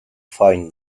find